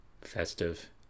festive